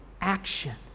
action